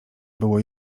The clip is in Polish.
było